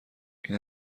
این